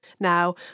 Now